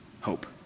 hope